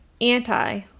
anti